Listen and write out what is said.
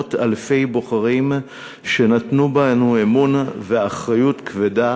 מאות אלפי בוחרים שנתנו בנו אמון, וזו אחריות כבדה